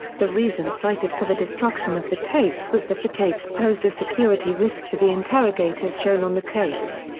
the reason cited for the destruction of the tapes was that the tapes posed a security risk for the interrogators shown on the tapes.